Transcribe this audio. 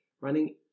running